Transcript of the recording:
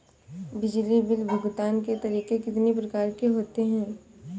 बिजली बिल भुगतान के तरीके कितनी प्रकार के होते हैं?